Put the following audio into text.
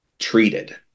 treated